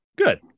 Good